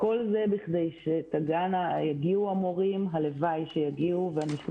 כל זה כדי שיגיעו המורים והלוואי שיגיעו וגם